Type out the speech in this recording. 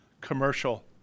commercial